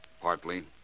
Partly